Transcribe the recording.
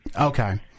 Okay